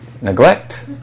neglect